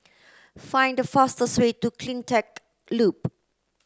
find the fastest way to CleanTech Loop